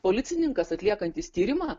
policininkas atliekantis tyrimą